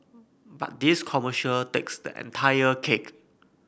but this commercial takes the entire cake